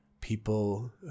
people